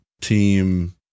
Team